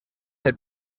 had